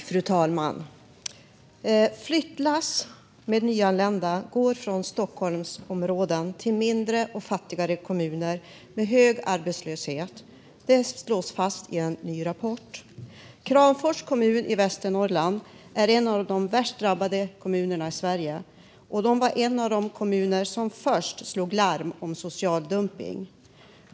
Fru talman! Flyttlass med nyanlända går från Stockholmsområden till mindre och fattigare kommuner med hög arbetslöshet. Det slås fast i en ny rapport. Kramfors kommun i Västernorrland är en av de värst drabbade kommunerna i Sverige. Kramfors var en av de kommuner som först slog larm om social dumpning.